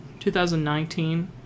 2019